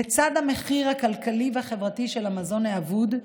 לצד המחיר הכלכלי והחברתי של המזון האבוד,